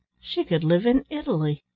she could live in italy,